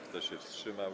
Kto się wstrzymał?